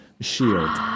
Shield